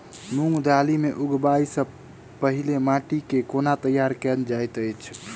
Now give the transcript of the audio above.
मूंग दालि केँ उगबाई सँ पहिने माटि केँ कोना तैयार कैल जाइत अछि?